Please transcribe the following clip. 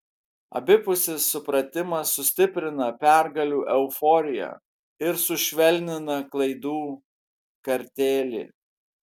abipusis supratimas sustiprina pergalių euforiją ir sušvelnina klaidų kartėlį